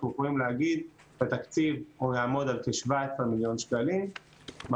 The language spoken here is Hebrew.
אנחנו יכולים להגיד שהתקציב יעמוד על כ-17,000,000 ₪ מה